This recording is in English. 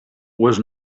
was